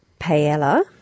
paella